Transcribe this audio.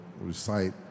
recite